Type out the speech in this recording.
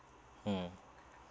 mm